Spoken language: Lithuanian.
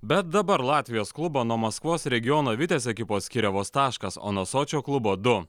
bet dabar latvijos klubą nuo maskvos regiono vitės ekipos skiria vos taškas o nuo sočio klubo du